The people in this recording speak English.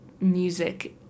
music